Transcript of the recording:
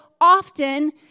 often